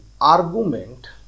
argument